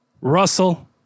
Russell